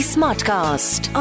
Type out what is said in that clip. Smartcast